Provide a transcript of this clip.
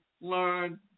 learn